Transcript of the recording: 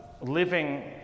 living